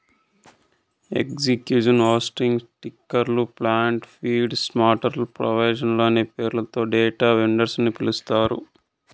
exchange hosting, ticker plant, feed, software ప్రొవైడర్లు అనే పేర్లతో డేటా వెండర్స్ ని పిలుస్తారు